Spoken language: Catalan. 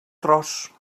tros